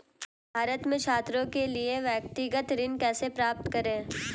भारत में छात्रों के लिए व्यक्तिगत ऋण कैसे प्राप्त करें?